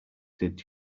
did